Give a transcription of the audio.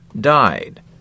died